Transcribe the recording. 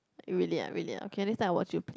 really ah really ah okay next time I watch you play